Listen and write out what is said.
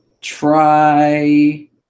try